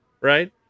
right